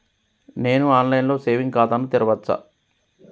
నేను online లో saving ఖాతా ను తెరవచ్చా?